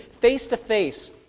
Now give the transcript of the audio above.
face-to-face